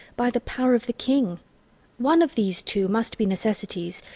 by the power of the king one of these two must be necessities,